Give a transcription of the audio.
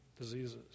diseases